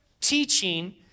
teaching